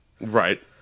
right